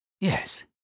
Yes